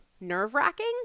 nerve-wracking